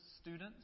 students